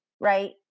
right